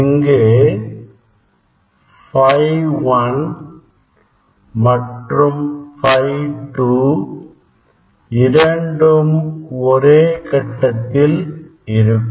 இங்கு Φ 1 மற்றும் Φ 2 இரண்டும் ஒரே கட்டத்தில் இருக்கும்